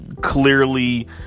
clearly